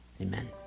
amen